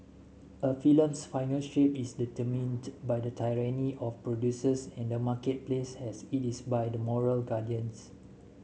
a film's final shape is determined by the tyranny of producers and the marketplace as it is by the moral guardians